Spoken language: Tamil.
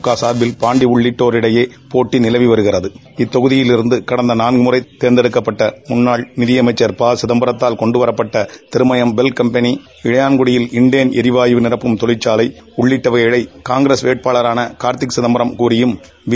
க சார்பில் பாண்டி உள்ளிட்டோரிடையே போட்டி நிலவி வருகிறது இத் தொகுதியில் இருந்து கடந்த நான்கு அமைச்சர் சிதம்பரத்தால் கொண்டு வரப்பட்ட திருமயம் பெல் கம்பெனி இளையான்குடியில் இண்டேன் எரிவாயு நிரப்பும் தொழிற்சாலை உள்ளிட்ட வைகளை காங்கிரஸ் வேட்பாளரான கார்த்தி சிதம்பரம் கூறியும் பி